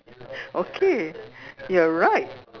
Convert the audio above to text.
okay you're right